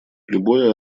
любое